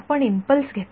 आपण इम्पल्स घेतला